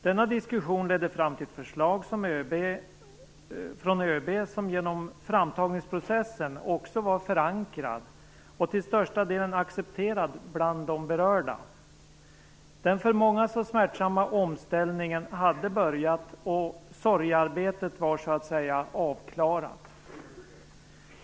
Denna diskussion ledde fram till ett förslag från ÖB som genom framtagningsprocessen också var förankrad och till största delen accepterad bland de berörda. Den för många så smärtsamma omställningen hade börjat, och sorgearbetet var så att säga avklarat.